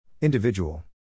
Individual